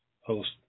host